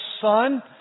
son